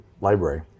Library